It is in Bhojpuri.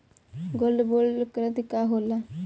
गोल्ड बोंड करतिं का होला?